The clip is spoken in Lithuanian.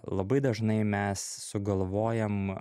labai dažnai mes sugalvojam